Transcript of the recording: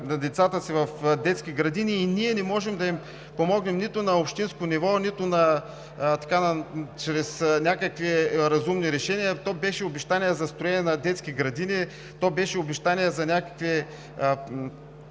на децата си в детски градини, и ние не можем да им помогнем нито на общинско ниво, нито чрез някакви разумни решения. То бяха обещания за строене на детски градини, то бяха обещания за някакви